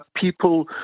people